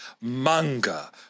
manga